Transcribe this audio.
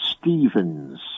Stevens